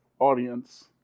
audience